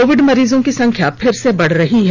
Covid मरीजों की संख्या फिर से बढ़ रही है